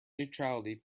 neutrality